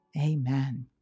Amen